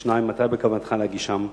2. מתי בכוונתך להגישן?